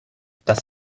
das